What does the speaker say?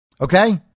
okay